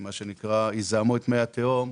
מה שנקרא יזהמו את מי התהום,